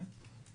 כן.